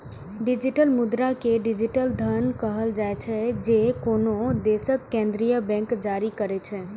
digital मुद्रा कें digital धन कहल जाइ छै, जे कोनो देशक केंद्रीय बैंक जारी करै छै